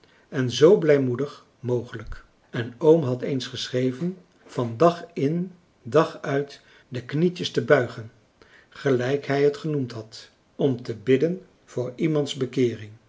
en zoo blijmoedig mogelijk en oom had eens geschreven van dag in dag uit de knietjes te buigen gelijk hij het genoemd had om te bidden voor iemands bekeering